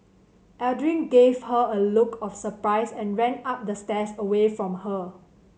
Aldrin gave her a look of surprise and ran up the stairs away from her